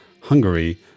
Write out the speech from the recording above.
Hungary